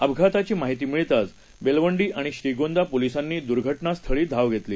अपघाताची माहिती मिळताच बेलवंडी आणि श्रीगोंदा पोलिसांनी दूर्घटनास्थळी धाव वेतली